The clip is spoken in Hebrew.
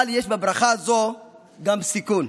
אבל יש בברכה הזו גם סיכון: